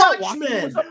Watchmen